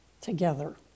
Together